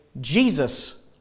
Jesus